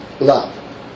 Love